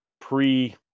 pre